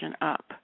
up